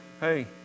hey